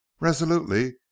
resolutely